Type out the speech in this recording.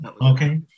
Okay